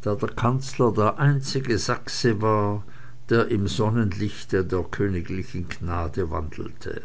da der kanzler der einzige sachse war der im sonnenlichte der königlichen gnade wandelte